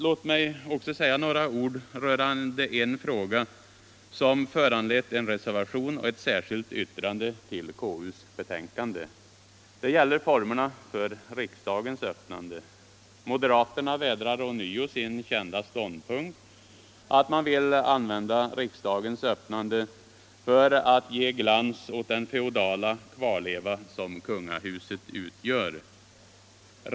Låt mig också säga några ord rörande en fråga som föranlett en reservation och ett särskilt yttrande till konstitutionsutskottets betänkande. Det gäller formerna för riksmötets öppnande. Moderaterna vädrar ånyo sin kända ståndpunkt, man vill använda riksmötets öppnande för att ge glans åt den feodala kvarleva som kungahuset utgör.